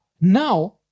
now